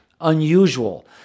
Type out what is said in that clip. Unusual